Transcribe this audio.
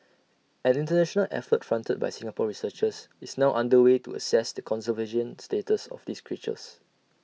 an International effort fronted by Singapore researchers is now under way to assess the conservation status of these creatures